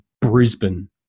Brisbane